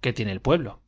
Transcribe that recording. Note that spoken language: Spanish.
qué tiene el pueblo